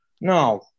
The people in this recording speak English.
No